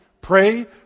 pray